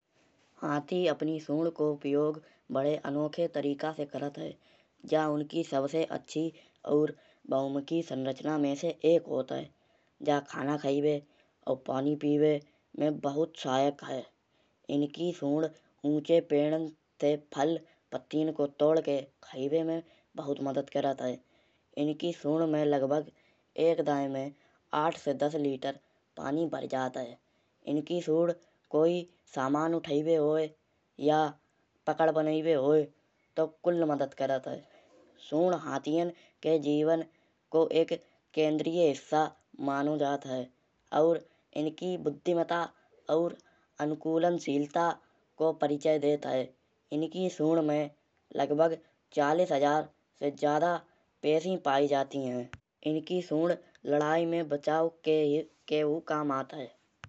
हाथी अपनी सूँड़ को उपयोग बड़े अनोखे तरीके से करत है। ज यह उनकी सबसे अच्छी और बहुमुखी संरचना में से एक होत है। यह खाना खाइबे और पानी पीबे में बहुत सहायक है। इनकी सूँड़ उच्छे पेडन से फल पत्तियाँ को तोड़ के खाइबे में बहुत मदद करत है। इनकी सूँड़ में लगभग एक दाये में आठ से दस लीटर पानी भरि जात है। इनकी सूँड़ कोई सामान उठाइबे होये या पकड़ बनाईबे होये तो कुल मिलाकर मदद करत है। सूँड़ हाथियन के जीवन को एक केंद्रीय हिस्सा मानो जात है। और इनकी बुद्धिमत्ता और अनुकूलन शीला‍ता को परिचय देत है। इनकी सूँड़ में लगभग चालीस हजार से ज्यादा पेशी पाई जाती है। इनकी सूँड़ लड़ाई में बच्चो केहु काम आत है।